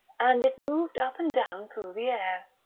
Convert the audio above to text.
and it moved up and down through the air.